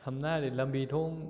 ꯁꯝꯅ ꯍꯥꯏꯔꯗꯤ ꯂꯝꯕꯤ ꯊꯣꯡ